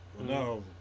No